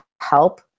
help